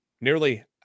nearly